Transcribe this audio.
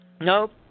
Nope